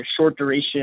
short-duration